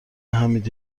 حمید